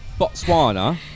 Botswana